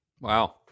Wow